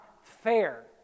fair